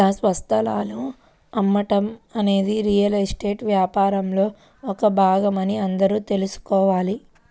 ఇళ్ల స్థలాలు అమ్మటం అనేది రియల్ ఎస్టేట్ వ్యాపారంలో ఒక భాగమని అందరూ తెల్సుకోవాలి